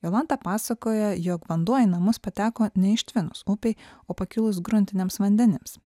jolanta pasakoja jog vanduo į namus pateko ne ištvinus upei o pakilus gruntiniams vandenims